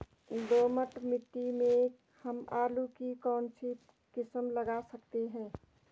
दोमट मिट्टी में हम आलू की कौन सी किस्म लगा सकते हैं?